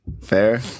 fair